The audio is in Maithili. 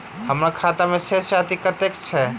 हम्मर खाता मे शेष राशि कतेक छैय?